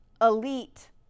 elite